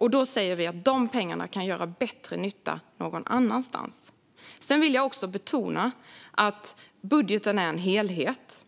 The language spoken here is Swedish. Vi menar att dessa pengar kan göra bättre nytta någon annanstans. Jag vill betona att budgeten är en helhet.